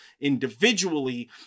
individually